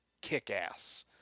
kick-ass